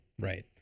Right